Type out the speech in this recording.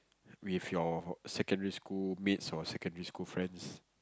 with your secondary school mates or secondary school friends